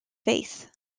faith